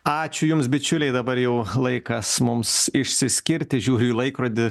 ačiū jums bičiuliai dabar jau laikas mums išsiskirti žiūriu į laikrodį